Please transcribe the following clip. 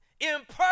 imperfect